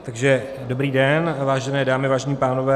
Takže dobrý den, vážené dámy, vážení pánové.